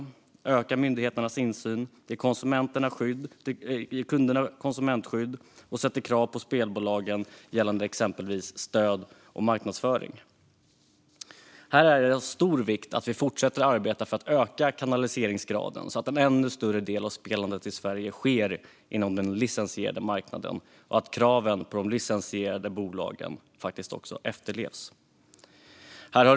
Detta ökar myndigheternas insyn, ger kunderna konsumentskydd och ställer krav på spelbolagen gällande exempelvis stöd och marknadsföring. Det är av stor vikt att vi fortsätter att arbeta för att öka kanaliseringsgraden så att en ännu större del av spelandet i Sverige sker inom den licensierade marknaden och att kraven på de licensierade bolagen efterlevs.